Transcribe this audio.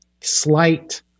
slight